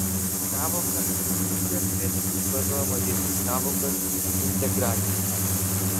sąvoka inkliuzija turėtų būti vartojama vietoj sąvokos integracija